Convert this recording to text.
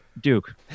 Duke